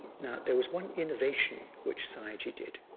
now, there was one innovation which sayagyi did.